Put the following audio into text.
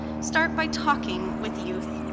start by talking with youth,